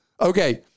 Okay